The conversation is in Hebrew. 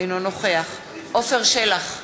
אינו נוכח עפר שלח,